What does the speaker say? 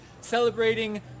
celebrating